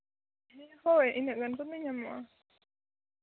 ᱦᱳᱭ ᱤᱱᱟᱹᱜ ᱜᱟᱱ ᱠᱚᱛᱮ ᱧᱟᱢᱚᱜᱼᱟ